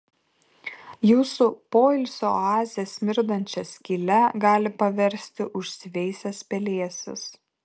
jūsų poilsio oazę smirdančia skyle gali paversti užsiveisęs pelėsis